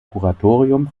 kuratorium